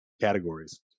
categories